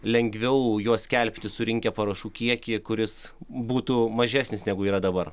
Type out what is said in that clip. lengviau juos skelbti surinkę parašų kiekį kuris būtų mažesnis negu yra dabar